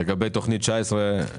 לגבי תוכנית 19-40-01?